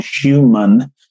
human